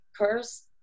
occurs